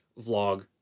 vlog